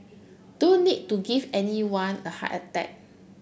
don't need to give anyone a heart attack